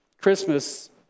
Christmas